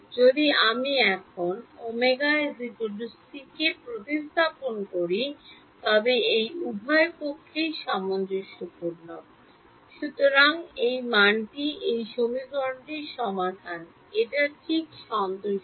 যদি আমি এখন ω ck প্রতিস্থাপন করি তবে এটি উভয় পক্ষেই সামঞ্জস্যপূর্ণ সুতরাং এই মানটি এই সমীকরণটির সমাধান এটা ঠিক সন্তুষ্ট